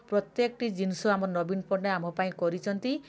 ପ୍ରତ୍ୟେକଟି ଜିନିଷ ଆମ ନବୀନ ପଟ୍ଟନାୟକ ଆମ ପାଇଁ କରିଛନ୍ତି